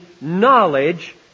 knowledge